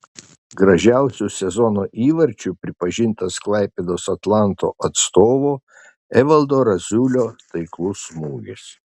gražiausiu sezono įvarčiu pripažintas klaipėdos atlanto atstovo evaldo raziulio taiklus smūgis